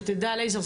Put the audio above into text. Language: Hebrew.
שתדע לייזר,